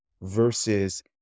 versus